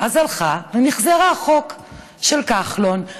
אז הלכה ומִחזרה חוק של כחלון,